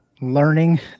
learning